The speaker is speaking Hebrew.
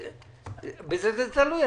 בזה זה תלוי.